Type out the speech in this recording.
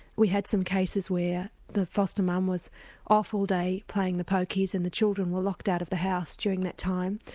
we had some cases where the foster mum was off all day playing the pokies and the children were locked out of the house during that time,